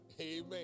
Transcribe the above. Amen